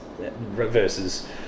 versus